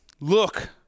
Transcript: look